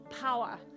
power